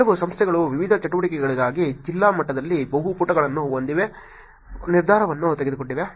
ಕೆಲವು ಸಂಸ್ಥೆಗಳು ವಿವಿಧ ಚಟುವಟಿಕೆಗಳಿಗಾಗಿ ಜಿಲ್ಲಾ ಮಟ್ಟದಲ್ಲಿ ಬಹು ಪುಟಗಳನ್ನು ಹೊಂದುವ ನಿರ್ಧಾರವನ್ನು ತೆಗೆದುಕೊಂಡಿವೆ